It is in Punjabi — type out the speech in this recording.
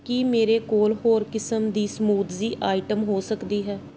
ਕੀ ਮੇਰੇ ਕੋਲ ਹੋਰ ਕਿਸਮ ਦੀ ਸਮੂਦਜ਼ੀ ਆਈਟਮ ਹੋ ਸਕਦੀ ਹੈ